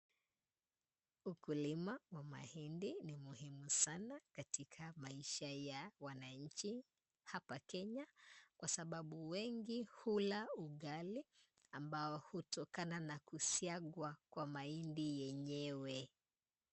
Ukulima wa mahindi ni muhimu sana katika maisha ya wananchi hapa Kenya, kwa sababu wengi hula ugali ambao hutokana na kusiagwa kwa mahindi yenyewe.